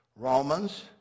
Romans